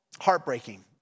heartbreaking